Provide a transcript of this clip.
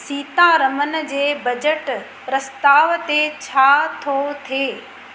सीतारमन जे बजट प्रस्ताव ते छा थो थिए